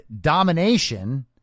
domination